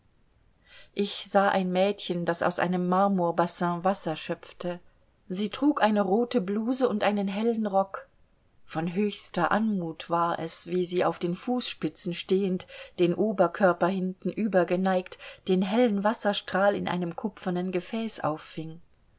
ich sah ein mädchen das aus einem marmorbassin wasser schöpfte sie trug eine rote bluse und einen hellen rock von höchster anmut war es wie sie auf den fußspitzen stehend den oberkörper hintenüber geneigt den hellen wasserstrahl in einem kupfernen gefäß auffing